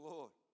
Lord